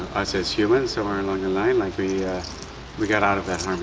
us as humans so are along a line like we we got out of that